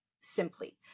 simply